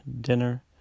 dinner